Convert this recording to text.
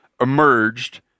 emerged